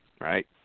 Right